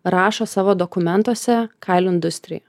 rašo savo dokumentuose kailių industrija